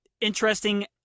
interesting